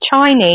Chinese